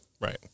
Right